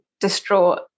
distraught